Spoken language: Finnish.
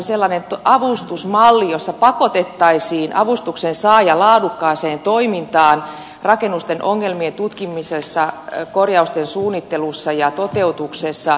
haluttaisiin sellainen avustusmalli jossa pakotettaisiin avustuksen saaja laadukkaaseen toimintaan rakennusten ongelmien tutkimisessa korjausten suunnittelussa ja toteutuksessa